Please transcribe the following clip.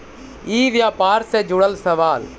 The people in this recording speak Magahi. ई व्यापार से जुड़ल सवाल?